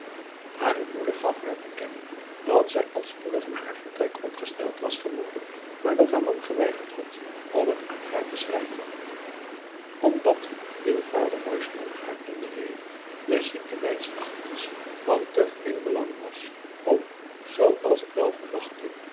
hare moeder gaf haar te kennen dat zij al spoedig na haar vertrek ongesteld was geworden maar dat haar man geweigerd had om het aan haar te schrijven omdat viel vader buisman haar in de reden de ziekte mijns achtens van te gering belang was om zoo als ik wel verwachtte